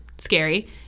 scary